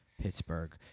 Pittsburgh